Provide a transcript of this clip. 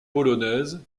polonaise